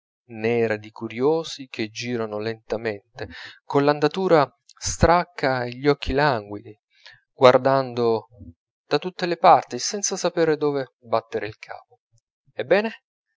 nera di curiosi che girano lentamente coll'andatura stracca e gli occhi languidi guardando da tutte le parti senza saper dove battere il capo ebbene